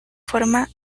forma